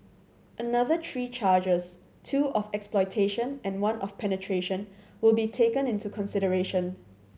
another three charges two of exploitation and one of penetration were be taken into consideration